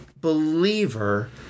believer